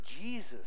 Jesus